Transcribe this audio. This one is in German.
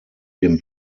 dem